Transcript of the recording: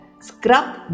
Scrub